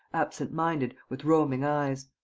absent-minded, with roaming eyes.